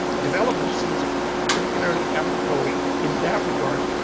development seems a particularly apropos in that regard.